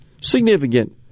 Significant